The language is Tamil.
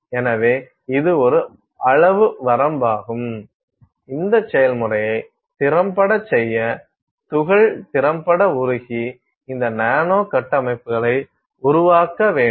எனவே இது ஒரு அளவு வரம்பாகும் இந்த செயல்முறையை திறம்பட செய்ய துகள் திறம்பட உருகி இந்த நானோ கட்டமைப்புகளை உருவாக்க வேண்டும்